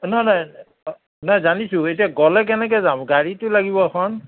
নাই নাই নাই জানিছোঁ এতিয়া গ'লে কেনেকে যাম গাড়ীটো লাগিব এখন